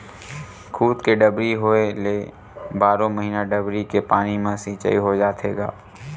खुद के डबरी होए ले बारो महिना डबरी के पानी म सिचई हो जाथे गा